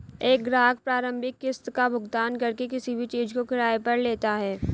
एक ग्राहक प्रारंभिक किस्त का भुगतान करके किसी भी चीज़ को किराये पर लेता है